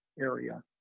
area